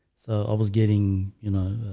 so i was getting you know,